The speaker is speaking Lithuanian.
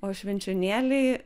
o švenčionėliai